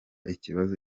ikibazo